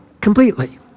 completely